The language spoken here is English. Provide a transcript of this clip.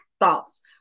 thoughts